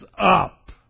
up